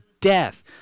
death